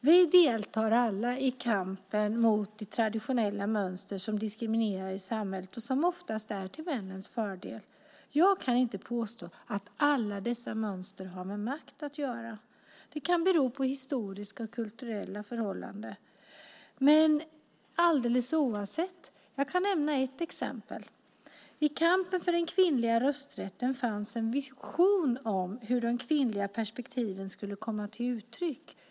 Vi deltar alla i kampen mot de traditionella mönster som diskriminerar i samhället och som ofta är till männens fördel. Jag kan inte påstå att alla dessa mönster har med makt att göra. Det kan bero på historiska och kulturella förhållanden alldeles oavsett detta. Jag kan nämna ett exempel. I kampen för den kvinnliga rösträtten fanns en vision om hur de kvinnliga perspektiven skulle komma till uttryck.